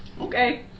Okay